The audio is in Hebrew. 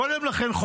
קודם לכן,